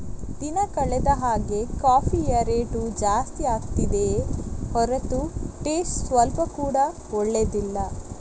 ದಿನ ಕಳೆದ ಹಾಗೇ ಕಾಫಿಯ ರೇಟು ಜಾಸ್ತಿ ಆಗ್ತಿದೆಯೇ ಹೊರತು ಟೇಸ್ಟ್ ಸ್ವಲ್ಪ ಕೂಡಾ ಒಳ್ಳೇದಿಲ್ಲ